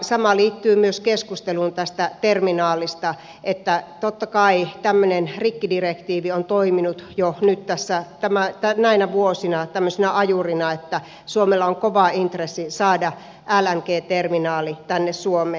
sama liittyy myös keskusteluun tästä terminaalista niin että totta kai tämmöinen rikkidirektiivi on toiminut jo nyt näinä vuosina tämmöisenä ajurina että suomella on kova intressi saada lng terminaali tänne suomeen